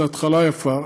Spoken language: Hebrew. זו התחלה יפה,